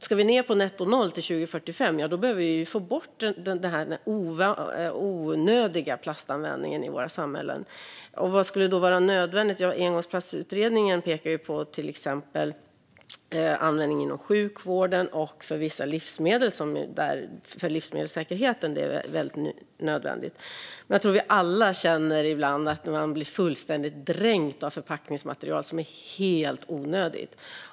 Ska vi ned till netto noll till 2045 behöver vi få bort den onödiga plastanvändningen i våra samhällen. Vad skulle då vara nödvändigt? Ja, engångsplastutredningen pekar på till exempel användning inom sjukvården och till vissa livsmedel där det är nödvändigt för livsmedelssäkerheten. Men jag tror att vi alla ibland känner att vi blir fullständigt dränkta av förpackningsmaterial som är helt onödigt.